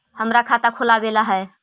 हमरा खाता खोलाबे ला है?